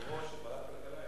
היושב-ראש של ועדת הכלכלה ישב